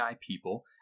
people